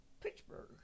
Pittsburgh